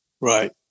Right